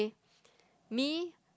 me